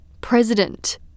President